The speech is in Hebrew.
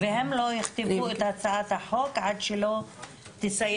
והם לא יכתבו את הצעת החוק עד שלא תסיים